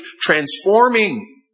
transforming